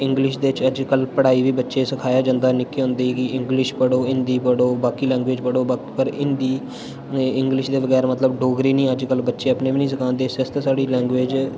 English च ते अज्जकल पढ़ाई बी बच्चे सखाया जन्दा निक्के होंदे की इंग्लिश पढ़ो हिंदी पढ़ो बाकी लैंग्वेज़ पढ़ो पर हिंदी इंग्लिश दे बगैरा मतलब डोगरी निं अज्जकल बच्चे आपने नि सखांदे इस आस्तै साढ़ी लैंग्वेज़